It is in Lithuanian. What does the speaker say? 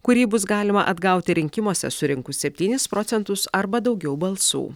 kurį bus galima atgauti rinkimuose surinkus septynis procentus arba daugiau balsų